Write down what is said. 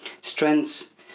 strengths